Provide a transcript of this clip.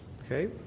Okay